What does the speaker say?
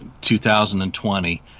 2020